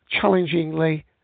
challengingly